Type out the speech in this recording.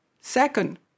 Second